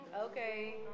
Okay